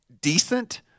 decent